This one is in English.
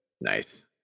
Nice